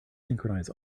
synchronize